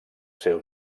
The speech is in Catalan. seus